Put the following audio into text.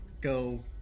go